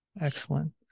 Excellent